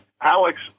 Alex